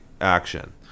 action